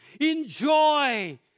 Enjoy